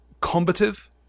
combative